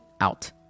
out